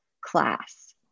class